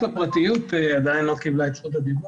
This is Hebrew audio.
הפרטיות עדיין לא קיבלה את זכות הדיבור.